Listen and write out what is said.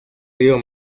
río